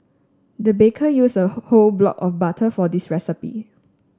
the baker use a whole whole block of butter for this recipe